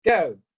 go